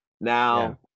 Now